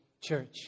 church